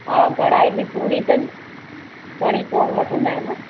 हा घणा ई बि पूरी अथनि घणी कोन्ह वठंदा आहिनि